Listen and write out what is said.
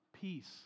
peace